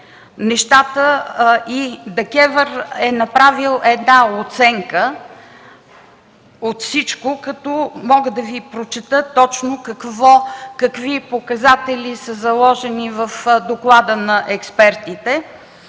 закони ДКЕВР е направила една оценка, като мога да Ви прочета точно какви показатели са заложени в доклада на експертите: